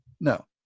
No